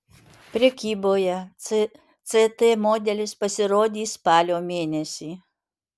prekyboje ct modelis pasirodys spalio mėnesį